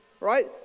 Right